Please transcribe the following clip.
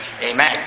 Amen